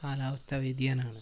കാലാവസ്ഥ വ്യതിയാനമാണ്